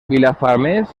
vilafamés